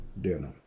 dinner